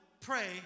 pray